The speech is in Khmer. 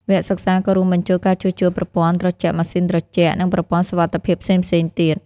វគ្គសិក្សាក៏រួមបញ្ចូលការជួសជុលប្រព័ន្ធត្រជាក់ម៉ាស៊ីនត្រជាក់ និងប្រព័ន្ធសុវត្ថិភាពផ្សេងៗទៀត។